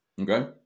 Okay